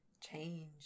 Change